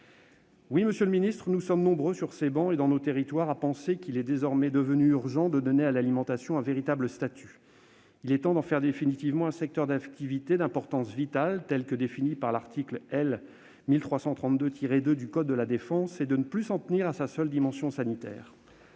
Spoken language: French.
Oui, monsieur le ministre, nous sommes nombreux, sur ces travées et dans nos territoires, à penser qu'il est désormais urgent de donner à l'alimentation un véritable statut. Il est temps d'en faire définitivement un secteur d'activité d'importance vitale, tel que défini par l'article R. 1332-2 du code de la défense, plutôt que de continuer de s'en tenir à sa seule dimension sanitaire.